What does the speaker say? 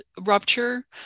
rupture